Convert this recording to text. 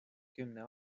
kümne